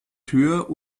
tür